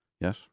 Yes